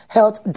Health